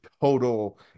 total